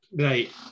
Right